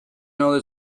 know